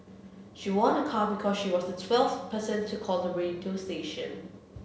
she won a car because she was the twelfth person to call the radio station